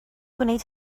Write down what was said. gwneud